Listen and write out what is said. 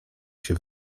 się